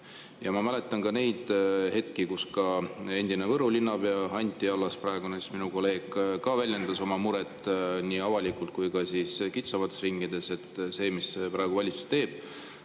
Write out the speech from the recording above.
Ja ma mäletan neid hetki, kui ka endine Võru linnapea Anti Allas, praegune minu kolleeg, väljendas oma muret nii avalikult kui ka kitsamates ringides, et see, mis praegu valitsus teeb,